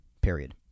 period